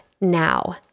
now